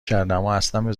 کرده، امااصلابه